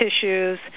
tissues